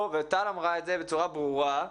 וטל אמרה את זה בצורה ברורה,